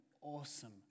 awesome